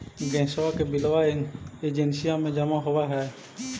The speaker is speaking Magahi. गैसवा के बिलवा एजेंसिया मे जमा होव है?